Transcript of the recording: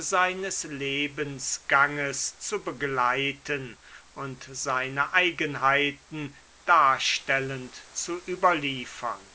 seines lebensganges zu begleiten und seine eigenheiten darstellend zu überliefern